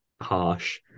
harsh